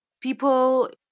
people